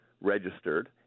registered